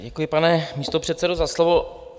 Děkuji, pane místopředsedo, za slovo.